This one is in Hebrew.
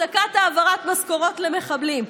הפסקת העברת משכורות למחבלים,